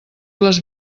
les